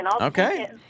Okay